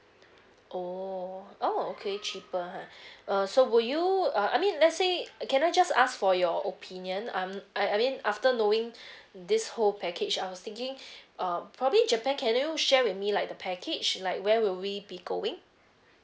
oo oh okay cheaper ha uh so would you uh I mean let's say can I just ask for your opinion um I I mean after knowing this whole package I was thinking um probably japan can you share with me like the package like where will we be going